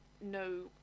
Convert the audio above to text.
no